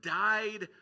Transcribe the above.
died